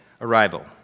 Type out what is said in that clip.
arrival